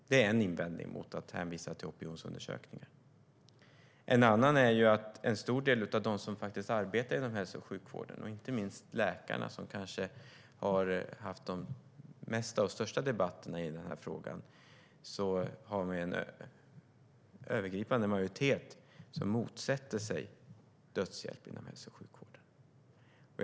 Det är en invändning mot att hänvisa till opinionsundersökningar. En annan är att det är en övergripande majoritet av dem som arbetar inom hälso och sjukvården, inte minst läkarna som kanske har haft de flesta och största debatterna i den här frågan, som motsätter sig dödshjälp inom hälso och sjukvården.